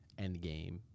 Endgame